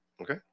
Okay